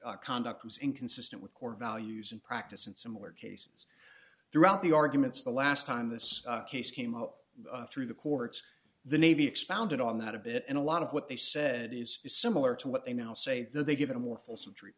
his conduct was inconsistent with core values in practice in similar cases throughout the arguments the last time this case came up through the courts the navy expounded on that a bit and a lot of what they said is similar to what they now say that they give a more fulsome tre